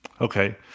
okay